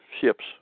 ships